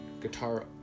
guitar